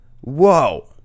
whoa